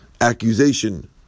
accusation